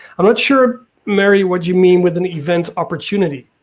i'm not sure mary what you mean with an event opportunity.